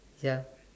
ya